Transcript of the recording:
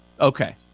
okay